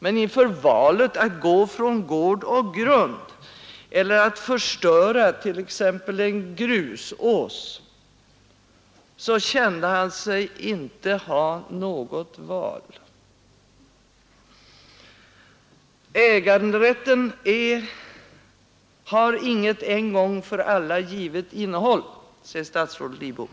Men inför valet att gå från gård och grund eller att förstöra t.ex. en grusås känner han sig inte ha något alternativ. Äganderätten har inget en gång för alla givet innehåll, säger statsrådet Lidbom.